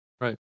Right